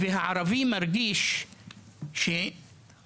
ואדם ערבי מרגיש כיום